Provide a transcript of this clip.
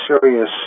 serious